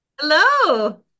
hello